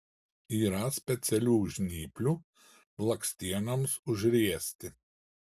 yra specialių žnyplių blakstienoms užriesti